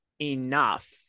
enough